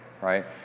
right